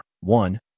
one